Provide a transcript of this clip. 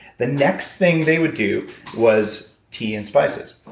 the next thing they would do was tea and spices.